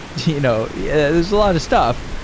you know yeah there's a lot of stuff.